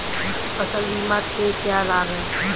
फसल बीमा के क्या लाभ हैं?